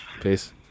Peace